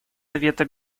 совета